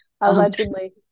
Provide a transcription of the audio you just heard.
allegedly